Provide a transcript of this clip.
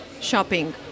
shopping